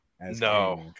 No